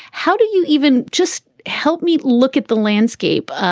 how do you even just help me look at the landscape?